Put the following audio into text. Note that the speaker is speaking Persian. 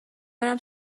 برم